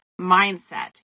mindset